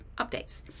updates